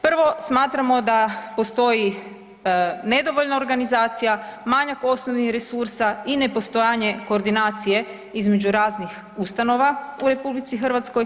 Prvo smatramo da postoji nedovoljna organizacija, manjak osnovnih resursa i nepostojanje koordinacije između raznih ustanova u RH.